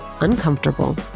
Uncomfortable